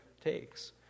takes